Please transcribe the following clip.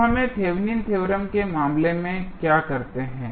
तो हम Thevenin theorem Thevenins theorem के मामले में क्या करते हैं